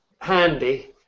handy